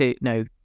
no